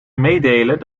meedelen